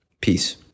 Peace